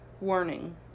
warning